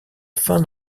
fin